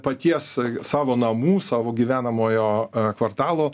paties savo namų savo gyvenamojo kvartalo